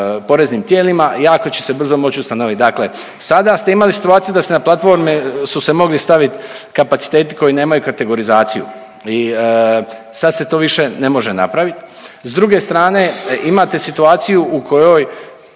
poreznim tijelima i jako će se brzo moć ustanovit. Dakle, sada ste imali situaciju da ste na platformi su se mogli stavit kapaciteti koji nemaju kategorizaciju i sad se to više ne može napravit. S druge strane imate situaciju u kojoj